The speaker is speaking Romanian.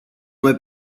mai